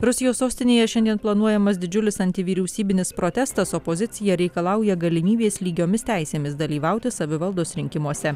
rusijos sostinėje šiandien planuojamas didžiulis antivyriausybinis protestas opozicija reikalauja galimybės lygiomis teisėmis dalyvauti savivaldos rinkimuose